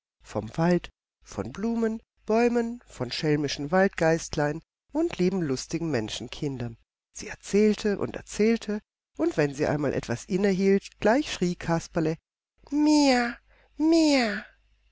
vom wald von blumen bäumen von schelmischen waldgeistlein und lieben lustigen menschenkindern sie erzählte und erzählte und wenn sie einmal etwas innehielt gleich schrie kasperle mehr mehr